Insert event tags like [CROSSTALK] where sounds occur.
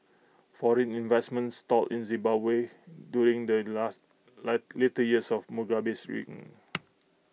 foreign investment stalled in Zimbabwe during the last [HESITATION] later years of Mugabe's reign